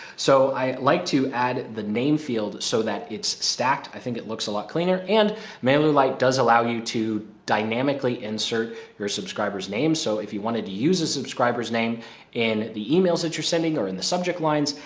so i like to add the name field so that it's stacked i think it looks a lot cleaner and mailer light does allow you to dynamically insert your subscribers name. so if you wanted to use a subscribers name in the emails that you're sending or in the subject lines,